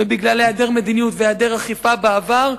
ובגלל העדר מדיניות והעדר אכיפה בעבר,